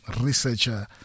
researcher